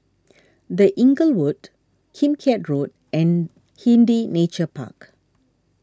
the Inglewood Kim Keat Road and Hindhede Nature Park